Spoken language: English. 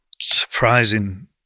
surprising